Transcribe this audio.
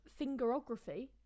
fingerography